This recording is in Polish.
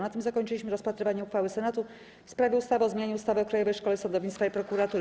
Na tym zakończyliśmy rozpatrywanie uchwały Senatu w sprawie ustawy o zmianie ustawy o Krajowej Szkole Sądownictwa i Prokuratury.